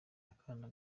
akana